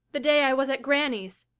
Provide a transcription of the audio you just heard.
the day i was at granny's?